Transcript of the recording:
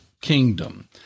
kingdom